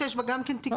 שיש בה גם תיקון,